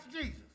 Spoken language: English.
Jesus